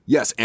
Yes